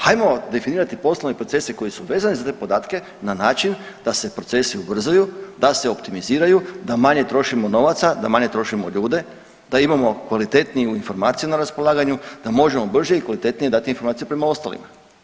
Hajmo definirati poslovne procese koji su vezani za te podatke na način da se procesi ubrzaju, da se optimiziraju, da manje trošimo novaca, da manje trošimo ljude, da imamo kvalitetniju informaciju na raspolaganju, da možemo brže i kvalitetnije dati informaciju prema ostalima.